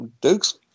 Duke's